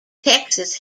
texas